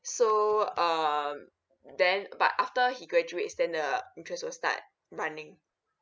so um then but after he graduates then the interest will start running